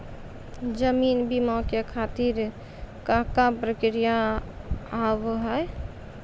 जीवन बीमा के खातिर का का प्रक्रिया हाव हाय?